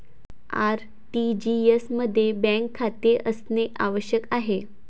RTGS मध्ये bank खाते असणे आवश्यक आहे